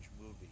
movie